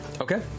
Okay